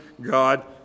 God